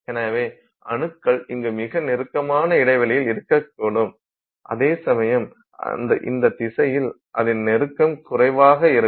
எனவே அணுக்கள் இங்கு மிக நெருக்கமான இடைவெளியில் இருக்கக்கூடும் அதேசமயம் இந்த திசையில் அதின் நெருக்கம் குறைவாக இருக்கும்